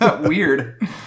Weird